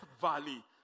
valley